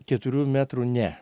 keturių metrų ne